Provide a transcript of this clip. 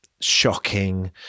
shocking